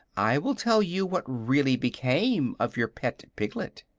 i will tell you what really became of your pet piglet.